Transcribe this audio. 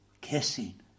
kissing